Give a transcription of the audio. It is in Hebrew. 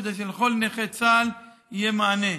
כדי שלכל נכה צה"ל יהיה מענה,